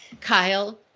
Kyle